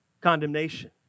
condemnation